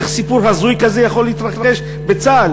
איך סיפור הזוי כזה יכול להתרחש בצה"ל.